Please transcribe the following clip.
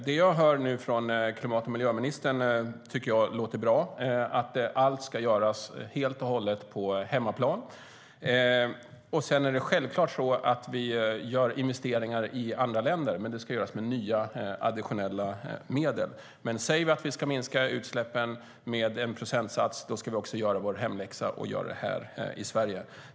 Det jag hör nu från klimat och miljöministern, att allt ska göras helt och hållet på hemmaplan, tycker jag låter bra. Vi gör självklart investeringar i andra länder, men det ska göras med nya additionella medel. Säger vi att vi ska minska utsläppen med en procentsats, då ska vi också göra vår hemläxa och göra det här i Sverige.